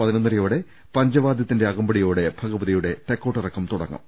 പതിനൊന്നരയോടെ പഞ്ച്വാദ്യത്തിന്റെ അകമ്പടിയോടെ ഭഗവതിയുടെ തെക്കോട്ടിറക്കം തുടങ്ങും